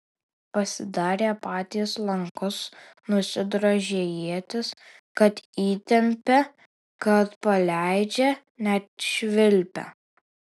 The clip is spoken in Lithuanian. pasidarė patys lankus nusidrožė ietis kad įtempia kad paleidžia net švilpia